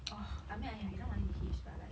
ugh I mean I have enough money to hitch but like